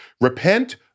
repent